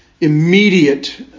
immediate